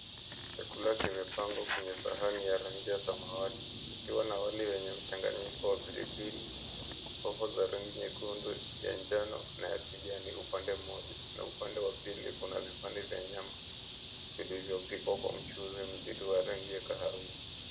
Chakula kimepangwa kwenye sahani ya rangi ya samawati. Kikiwa na wali wenye mchanganyiko wa pili pili, hoho za rangi nyekundu, ya njano, na ya kijani upande mmoja. Na upande wa pili kuna vipande vya nyama vilivyo pikwa kwa mchuzi mzito wa rangi ya kahawia.